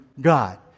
God